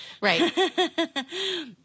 Right